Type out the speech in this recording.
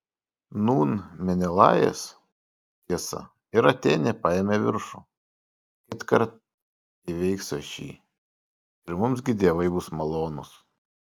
nūn menelajas tiesa ir atėnė paėmė viršų kitkart įveiksiu aš jį ir mums gi dievai bus malonūs